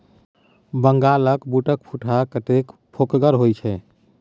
बंगालक बूटक फुटहा कतेक फोकगर होए छै